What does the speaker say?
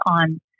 on